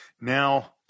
Now